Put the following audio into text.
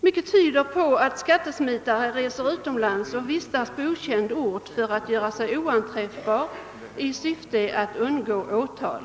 Mycket tyder på att skattesmitare reser utomlands och vistas på okänd ort för att göra sig oanträffbar i syfte att undgå åtal.